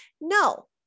no